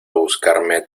buscarme